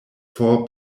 four